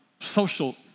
social